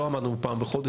לא עמדנו בפעם בחודש,